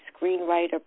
screenwriter